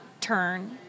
turn